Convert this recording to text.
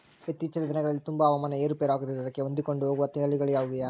ಇತ್ತೇಚಿನ ದಿನಗಳಲ್ಲಿ ತುಂಬಾ ಹವಾಮಾನ ಏರು ಪೇರು ಆಗುತ್ತಿದೆ ಅದಕ್ಕೆ ಹೊಂದಿಕೊಂಡು ಹೋಗುವ ತಳಿಗಳು ಇವೆಯಾ?